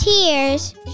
tears